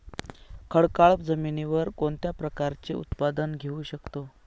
खडकाळ जमिनीवर कोणत्या प्रकारचे उत्पादन घेऊ शकतो?